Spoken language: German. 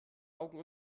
augen